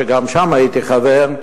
גם שם הייתי חבר,